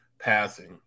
passing